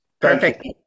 Perfect